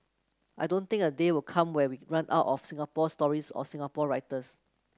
I don't think a day will come where we run out of Singapore stories or Singapore writers